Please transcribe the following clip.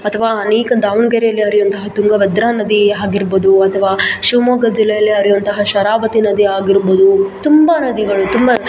ಅಥ್ವಾ ಅನೇಕ ದಾವಣಗೆರೇಲಿ ಹರಿವಂತಹ ತುಂಗಭದ್ರಾ ನದಿ ಆಗಿರ್ಬೋದು ಅಥವಾ ಶಿಚಮೊಗ್ಗ ಜಿಲ್ಲೆಯಲ್ಲಿ ಹರಿವಂತಹ ಶರಾವತಿ ನದಿ ಆಗಿರ್ಬೋದು ತುಂಬ ನದಿಗಳು ತುಂಬ